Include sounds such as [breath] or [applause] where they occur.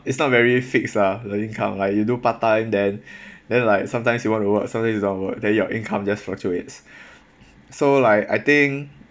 it's not very fixed lah the income like you do part time then [breath] then like sometimes you want to work sometimes you don't wanna work then your income just fluctuates [breath] so like I think